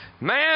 man